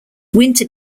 winter